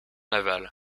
navale